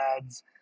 ads